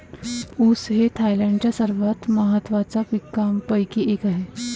ऊस हे थायलंडच्या सर्वात महत्त्वाच्या पिकांपैकी एक आहे